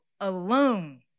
alone